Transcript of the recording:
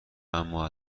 اما